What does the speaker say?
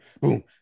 boom